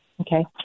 Okay